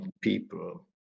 people